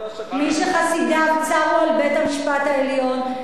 מי שחסידיו צרו על בית-המשפט העליון,